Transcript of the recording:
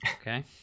okay